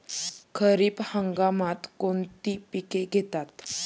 खरीप हंगामात कोणती पिके घेतात?